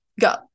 go